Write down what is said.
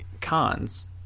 cons